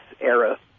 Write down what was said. era